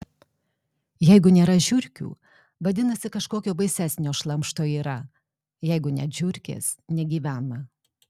jeigu nėra žiurkių vadinasi kažkokio baisesnio šlamšto yra jeigu net žiurkės negyvena